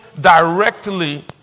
directly